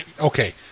Okay